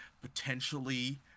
potentially